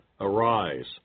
Arise